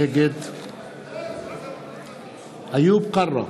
נגד איוב קרא,